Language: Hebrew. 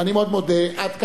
עד כאן.